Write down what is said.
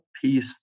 piece